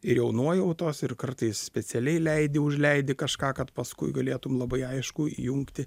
ir jau nuojautos ir kartais specialiai leidi užleidi kažką kad paskui galėtum labai aišku įjungti